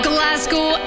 Glasgow